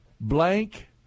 blank